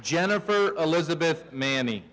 jennifer elizabeth man